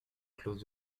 clause